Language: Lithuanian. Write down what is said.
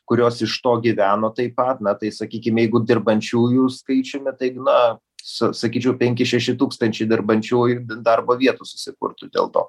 kurios iš to gyveno taip pat na tai sakykim jeigu dirbančiųjų skaičiumi tai na sa sakyčiau penki šeši tūkstančiai dirbančiųjų darbo vietų susikurtų dėl to